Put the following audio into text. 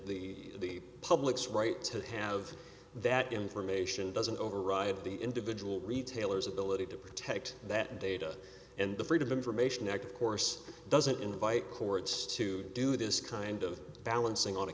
the public's right to have that information doesn't override the individual retailers ability to protect that data and the freedom of information act of course doesn't invite courts to do this kind of balancing on a